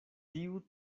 tiu